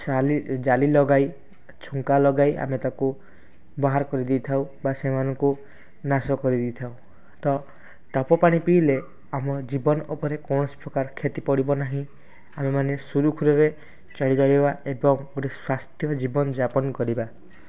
ଜାଲି ଲଗାଇ ଛୁଙ୍କା ଲଗାଇ ଆମେ ତାକୁ ବାହାର କରିଦେଇଥାଉ ବା ସେମାନଙ୍କୁ ନାଶ କରିଦେଇଥାଉ ତ ଟପ ପାଣି ପିଇଲେ ଆମ ଜୀବନ ଉପରେ କୌଣସି ପ୍ରକାର କ୍ଷତି ପଡ଼ିବ ନାହିଁ ଆମେ ମାନେ ସୁରୁଖୁରୁରେ ଚଳିପାରିବା ଏବଂ ଗୋଟେ ସ୍ୱାସ୍ଥ୍ୟ ଜୀବନ ଯାପନ କରିବା